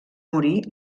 morir